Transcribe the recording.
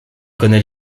connaît